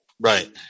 Right